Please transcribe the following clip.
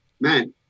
man